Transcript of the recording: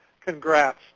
congrats